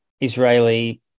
Israeli